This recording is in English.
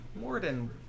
Morden